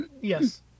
yes